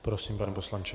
Prosím, pane poslanče.